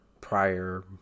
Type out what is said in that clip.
prior